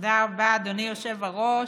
תודה רבה, אדוני היושב-ראש.